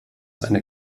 eine